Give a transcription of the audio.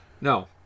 No